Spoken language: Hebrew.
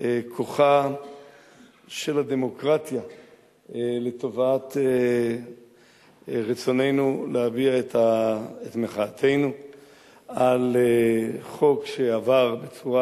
כוחה של הדמוקרטיה לטובת רצוננו להביע את מחאתנו על חוק שעבר בצורה,